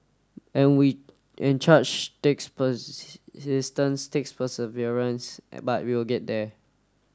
and we and charge takes persistence takes perseverance but we'll get there